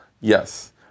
yes